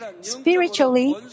Spiritually